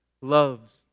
loves